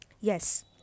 yes